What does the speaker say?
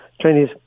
Chinese